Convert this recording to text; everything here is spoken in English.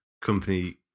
company